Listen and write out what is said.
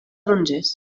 tarongers